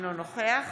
אינו נוכח